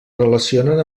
relacionen